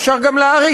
אפשר גם להאריך,